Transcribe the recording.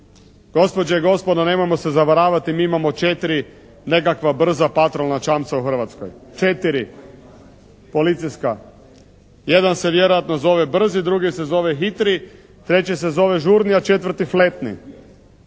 Gospođe i gospodo, nemojmo se zavaravati. Mi imamo četiri nekakva brza patrolna čamca u Hrvatskoj. Četiri, policijska. Jedan se vjerojatno zove "Brzi", drugi se zove "Hitri", treći se zove "Žurni", a četvrti "Fletni".